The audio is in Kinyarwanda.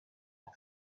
aho